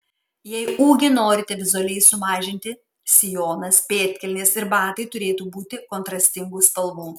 jei ūgį norite vizualiai sumažinti sijonas pėdkelnės ir batai turėtų būti kontrastingų spalvų